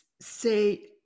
say